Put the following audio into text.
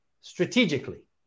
strategically